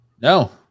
No